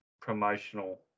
promotional